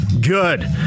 Good